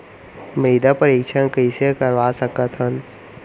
मृदा परीक्षण कइसे करवा सकत हन?